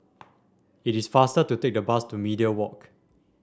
it is faster to take the bus to Media Walk